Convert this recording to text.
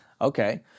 Okay